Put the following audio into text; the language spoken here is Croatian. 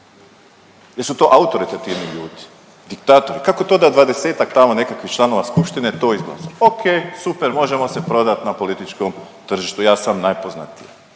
su to autoritativni ljudi, diktatori. Kako to da 20-tak tamo nekakvih članova skupštine to izglasa? Okej, super, možemo se prodat na političkom tržištu, ja sam najpoznatija.